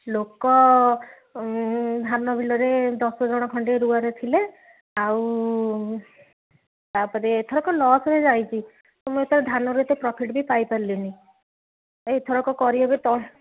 ଲୋକ ଧାନ ବିଲରେ ଦଶ ଜଣ ଖଣ୍ଡେ ରୁଆରେ ଥିଲେ ଆଉ ତା'ପରେ ଏଥରକ ଲସ୍ରେ ଯାଇଛି ମୁଁ ଏତେ ଧାନରୁ ଏତେ ପ୍ରଫିଟ୍ ବି ପାଇ ପାରିଲିନି ଏଥରକ କରିହେବ ତ